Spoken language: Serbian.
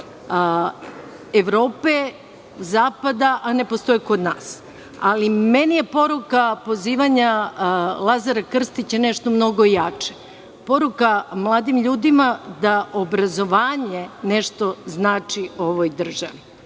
Evrope, zapada, a ne postoji kod nas. Meni je poruka pozivanja Lazara Krstića nešto mnogo jače. Poruka mladim ljudima da obrazovanje nešto znači ovoj državi.